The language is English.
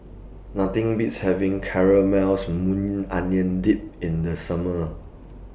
Nothing Beats having Caramelized Maui Onion Dip in The Summer